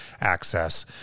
access